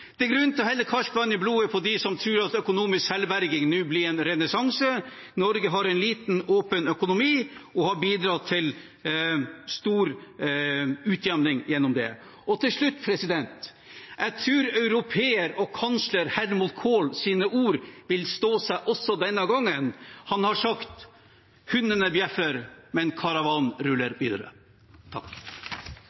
Det er grunn til å helle kaldt vann i blodet på dem som tror at økonomisk selvberging nå får en renessanse. Norge har en liten, åpen økonomi og har bidratt til stor utjevning gjennom det. Til slutt: Jeg tror ordene til europeer og kansler Helmut Kohl vil stå seg også denne gangen. Han har sagt: Hundene bjeffer, men